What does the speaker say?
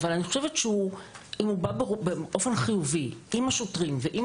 אבל אני חושבת שאם הוא בא באופן חיובי עם השוטרים ועם